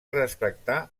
respectar